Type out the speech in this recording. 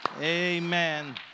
Amen